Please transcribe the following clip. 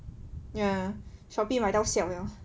ya Shopee 买到 siao liao